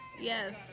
Yes